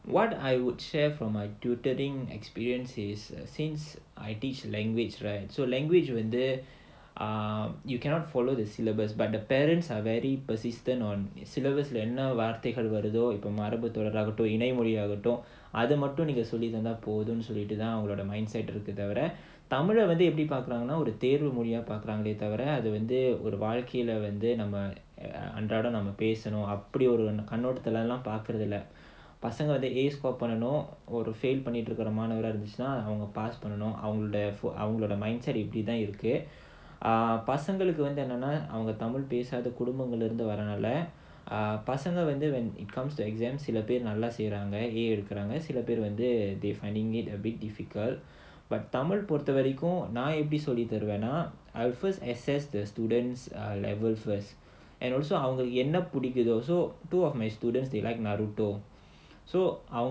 what I would share from my tutoring experience is since I teach language right so language when there are you cannot follow the syllabus but the parents are very persistent on its syllabus என்ன வார்த்தைகள் வருதோ அத மட்டும் நீங்க சொல்லித்தந்தா போதும்னு சொல்லிட்டுதான்:enna vaarthaigal varutho adha mattum neenga sollithanthaa podhumnu sollituthaan I will first assess the students err level first and also அவங்க என்ன புடிக்குதோ:avanga enna pudikutho so two of my students they like naruto